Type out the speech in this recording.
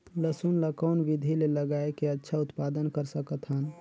लसुन ल कौन विधि मे लगाय के अच्छा उत्पादन कर सकत हन?